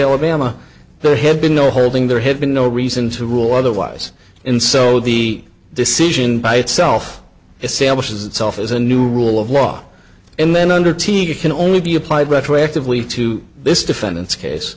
alabama there had been no holding there had been no reason to rule otherwise in so the decision by itself a sale which itself is a new rule of law and then under t it can only be applied retroactively to this defendant's case